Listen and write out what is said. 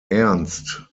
ernst